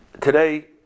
today